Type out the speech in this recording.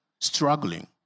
struggling